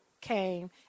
came